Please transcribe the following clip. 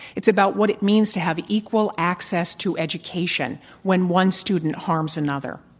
it's about what it means to have equal access to education when one student harms another.